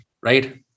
right